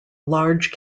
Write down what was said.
large